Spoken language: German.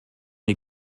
die